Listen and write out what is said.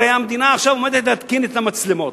הרי המדינה עכשיו עומדת להתקין את המצלמות.